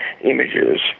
images